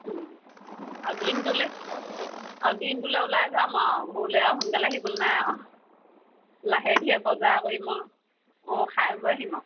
আৰু দিনটোলৈ আৰু দিনটোলৈ ওলাই যাম আৰু ঘৰলৈ আৰু সোনকালে আহিব নাই আৰু লাহে ধীৰে বজাৰ কৰিম আৰু অঁ খাই বৈ আহিম আৰু